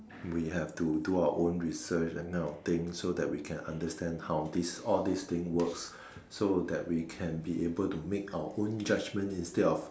we have to do our own research that kind of thing so that we can understand how this all these thing work so that we can be able to make our own judgement instead of